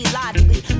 logically